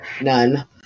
None